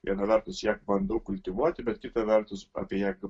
viena vertus ją bandau kultivuoti bet kita vertus apie ją